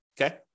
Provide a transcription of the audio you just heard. okay